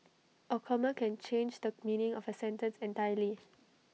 A comma can change the meaning of A sentence entirely